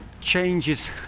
changes